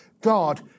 God